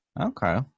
Okay